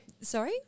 Sorry